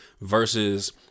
versus